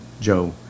Joe